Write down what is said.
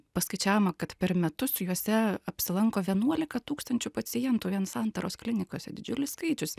paskaičiavome kad per metus juose apsilanko vienuolika tūkstančių pacientų santaros klinikose didžiulis skaičius